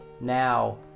now